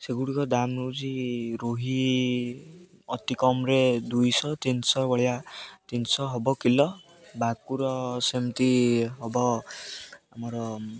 ସେଗୁଡ଼ିକ ଦାମ ରହୁଛି ରୋହି ଅତି କମ୍ରେ ଦୁଇଶହ ତିନିଶହ ଭଳିଆ ତିନିଶହ ହବ କିଲୋ ଭାକୁର ସେମିତି ହବ ଆମର